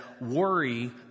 worry